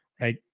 right